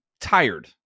tired